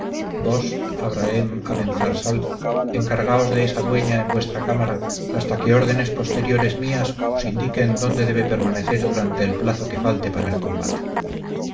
vos abrahem abenzarsal encargaos de esa dueña en vuestra cámara hasta que órdenes posteriores mías os indiquen dónde puede permanecer durante el plazo que falte para el combate